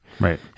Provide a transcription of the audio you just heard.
Right